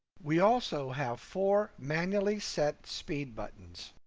we also have four manually set speed buttons.